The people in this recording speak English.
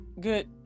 good